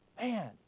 Man